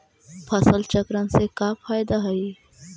फसल चक्रण से का फ़ायदा हई?